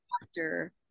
doctor